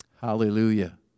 hallelujah